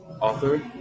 Author